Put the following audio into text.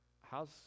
how's